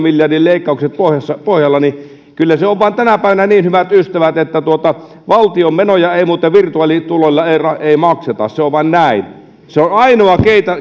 miljardin leikkaukset pohjalla pohjalla kyllä se on vain tänä päivänä niin hyvät ystävät että valtion menoja ei muuten virtuaalituloilla makseta se on vain näin ainoa